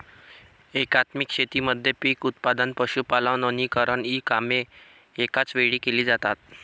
एकात्मिक शेतीमध्ये पीक उत्पादन, पशुपालन, वनीकरण इ कामे एकाच वेळी केली जातात